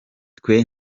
twe